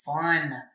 fun